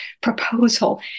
proposal